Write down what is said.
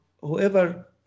whoever